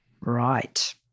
Right